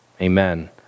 Amen